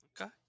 Okay